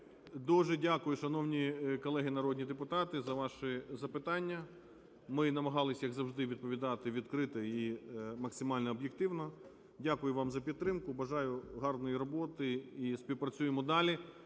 Дуже дякую, шановні колеги народні депутати, за ваші запитання. Ми намагались, як завжди, відповідати відкрито і максимально об'єктивно. Дякую вам за підтримку. Бажаю гарної роботи і співпрацюємо далі.